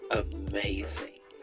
amazing